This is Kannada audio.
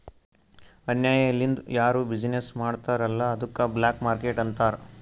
ಅನ್ಯಾಯ ಲಿಂದ್ ಯಾರು ಬಿಸಿನ್ನೆಸ್ ಮಾಡ್ತಾರ್ ಅಲ್ಲ ಅದ್ದುಕ ಬ್ಲ್ಯಾಕ್ ಮಾರ್ಕೇಟ್ ಅಂತಾರ್